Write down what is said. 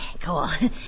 cool